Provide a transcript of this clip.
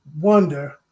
wonder